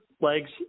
legs